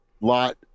lot –